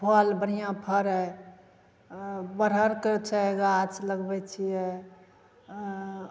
फल बढ़िआँ फड़ै हँ बड़हरके से गाछ लगबैत छियै